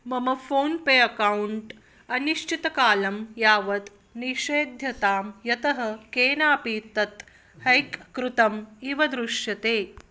मम PhonePe account अनिश्चितकालं यावत् निषेध्यतां यतः केनापि तत् हैक् कृतम् इव दृश्यते